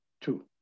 two